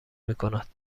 میکند